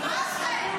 מה זה?